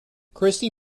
christi